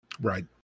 Right